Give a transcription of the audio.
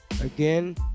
Again